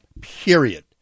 period